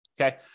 Okay